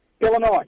Illinois